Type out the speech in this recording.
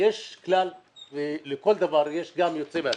יש כלל לכל דבר ויש גם יוצא מהכלל.